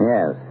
Yes